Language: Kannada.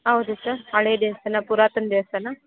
ಹೌದು ಸರ್ ಹಳೇ ದೇವಸ್ಥಾನ ಪುರಾತನ ದೇವಸ್ಥಾನ